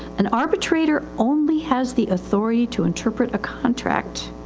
an arbitrator only has the authority to interpret a contract.